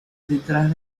detrás